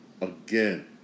Again